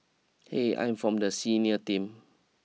eh I'm from the senior team